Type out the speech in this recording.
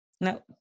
No